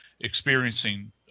experiencing